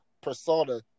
persona